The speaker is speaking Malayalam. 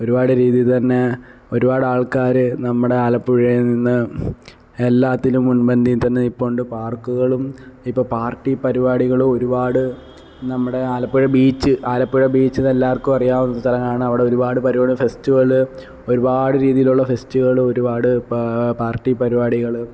ഒരുപാട് രീതിയിൽ തന്നെ ഒരുപാട് ആൾക്കാർ നമ്മുടെ ആലപ്പുഴയിൽ നിന്ന് എല്ലാറ്റിലും മുൻപന്തിയിൽ തന്നെ നിൽപ്പുണ്ട് പാർക്കുകളും ഇപ്പോൾ പാർട്ടി പരിപടികളും ഒരുപാട് നമ്മുടെ ആലപ്പുഴ ബീച്ച് ആലപ്പുഴ ബീച്ചിലെല്ലാവർക്കും അറിയാവുന്ന സ്ഥലങ്ങളാണ് അവിടെ ഒരുപാട് പരിപാടി ഫെസ്റ്റിവൽ ഒരുപാട് രീതിയിലുള്ള ഫെസ്റ്റുകളും ഒരുപാട് പാർട്ടി പരിപാടികൾ